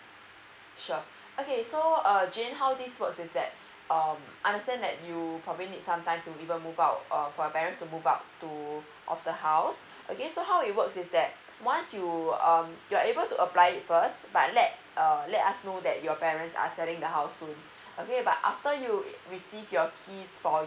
sure okay so uh jane how this works is that um understand that you probably need some time to even move out or for your parents to move out of the house okay so how it works is that once you um you're able to apply it first but let uh let us know that your parents are selling the house soon um okay but after you receive your keys for your